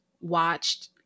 watched